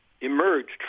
emerged